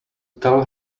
tell